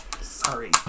Sorry